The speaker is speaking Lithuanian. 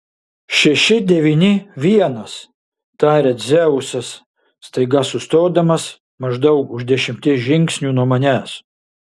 šeši devyni vienas taria dzeusas staiga sustodamas maždaug už dešimties žingsnių nuo manęs